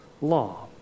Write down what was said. law